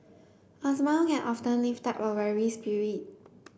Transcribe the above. a smile can often lift a weary spirit